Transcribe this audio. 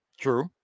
True